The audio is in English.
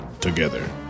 together